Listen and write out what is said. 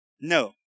No